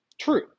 True